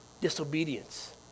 disobedience